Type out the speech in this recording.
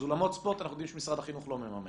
אז אולמות ספורט אנחנו יודעים שמשרד החינוך לא מממן.